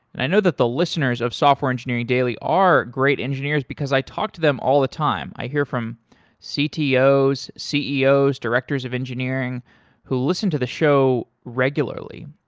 and i know that the listeners of software engineering daily are great engineers because i talk to them all the time. i hear from ctos, ceos, directors of engineering who listen to the show regularly.